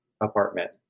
apartment